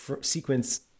sequence